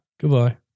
Goodbye